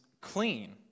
clean